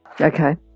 Okay